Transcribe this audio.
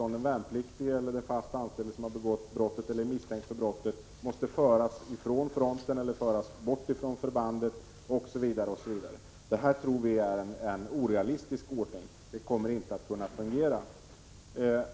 Den värnpliktige eller den fast anställde som begått brottet eller är misstänkt för brottet måste föras långt från fronten eller från förbandet osv. Det tror vi är en orealistisk ordning. Det kommer inte att fungera.